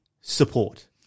support